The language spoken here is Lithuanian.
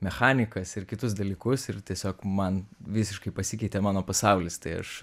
mechanikas ir kitus dalykus ir tiesiog man visiškai pasikeitė mano pasaulis tai aš